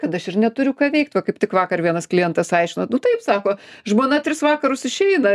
kad aš ir neturiu ką veikt va kaip tik vakar vienas klientas aiškino tu taip sako žmona tris vakarus išeina